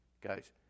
guys